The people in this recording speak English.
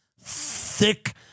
thick